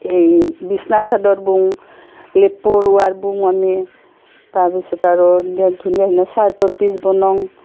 এই বিচনাচাদৰ বওঁ লেপৰ ৱাৰ বওঁ আমি তাৰপিছত আৰু ধুনীয়া ধুনীয়া চাৰ্টৰ পিচ বনাওঁ